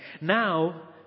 Now